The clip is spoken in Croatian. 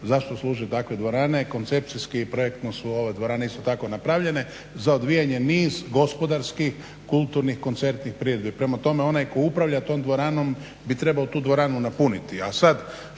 zašto služe takve dvorane, koncepcijski i projektno su ove dvorane isto tako napravljene za odvijanje niz gospodarskih, kulturnih, koncertnih priredbi. Prema tome, onaj tko upravlja tom dvoranom bi trebao tu dvoranu napuniti,